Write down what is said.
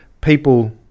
people